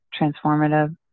transformative